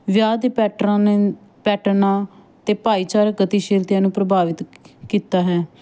ਵਿਆਹ ਦੇ ਪੈਟਰਾਂ ਨੇ ਪੈਟਰਨਾਂ ਅਤੇ ਭਾਈਚਾਰਕ ਗਤੀਸ਼ੀਲਤਿਆਂ ਨੂੰ ਪ੍ਰਭਾਵਿਤ ਕੀਤਾ ਹੈ